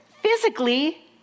physically